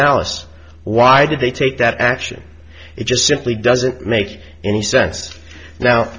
malice why did they take that action it just simply doesn't make any sense now